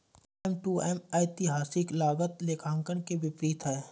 M to M ऐतिहासिक लागत लेखांकन के विपरीत है